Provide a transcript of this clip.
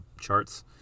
charts